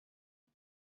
die